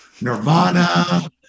nirvana